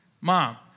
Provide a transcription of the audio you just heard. Mom